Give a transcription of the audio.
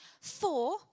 four